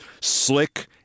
slick